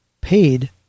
paid